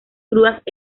grúas